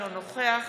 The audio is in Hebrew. אינו נוכח